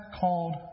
called